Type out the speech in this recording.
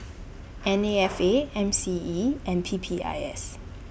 N A F A M C E and P P I S